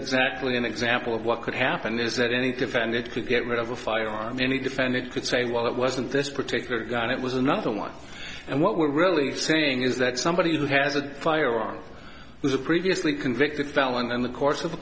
exactly an example of what could happen is that any defend it could get rid of a firearm any defend it could say well it wasn't this particular gun it was another one and what we're really saying is that somebody who has a firearm is a previously convicted felon in the course of a